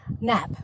nap